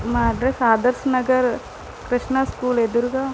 మా address Adarsh Nagar Krishna school ఎదురుగా